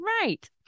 Right